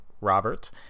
Robert